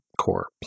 core